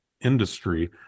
industry